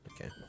Okay